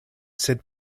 sed